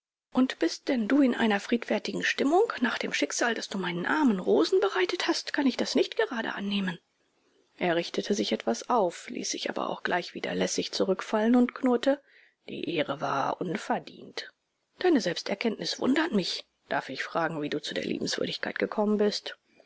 und bist denn du in einer friedfertigen stimmung nach dem schicksal das du meinen armen rosen bereitet hast kann ich das nicht gerade annehmen er richtete sich etwas auf ließ sich aber gleich wieder lässig zurückfallen und knurrte die ehre war unverdient deine selbsterkenntnis wundert mich darf ich fragen wie du zu der liebenswürdigkeit gekommen bist